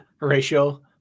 ratio